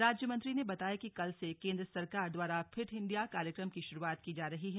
राज्य मंत्री ने बताया कि कल से केन्द्र सरकार द्वारा फिट इंडिया कार्यक्रम की शुरूआत की जा रही है